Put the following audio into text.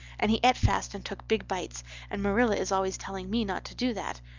and he et fast and took big bites and marilla is always telling me not to do that.